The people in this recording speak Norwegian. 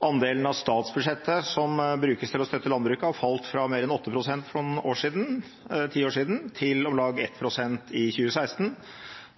Andelen av statsbudsjettet som brukes til å støtte landbruket, har falt fra mer enn 8 pst. for ti år siden til om lag 1 pst. i 2016,